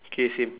K same